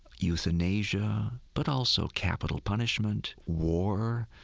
euthanasia, but also capital punishment, war,